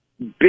big